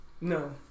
No